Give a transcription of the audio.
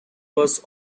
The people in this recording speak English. was